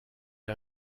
est